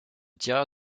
tireur